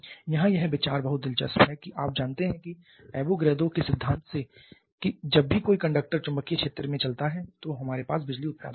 यहां यह विचार बहुत दिलचस्प है कि आप जानते हैं कि एवोगैड्रो के सिद्धांत Avogadros principle से कि जब भी कोई कंडक्टर चुंबकीय क्षेत्र में चलता है तो हमारे पास बिजली उत्पादन होता है